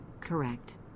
Correct